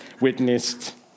witnessed